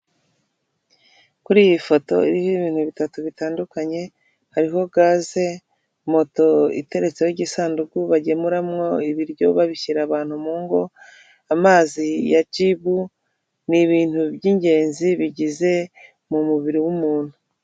Kuri iyi foto iriho ibintu bitatu bitandukanye; hariho gaze moto iteretseho igisanduku bagemuramo ibiryo babishyira abantu mu ngo, amazi ya jibu ni ibintu by'ingenzi bigize mu mubiri w'umuntu.